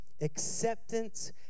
acceptance